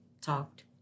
talked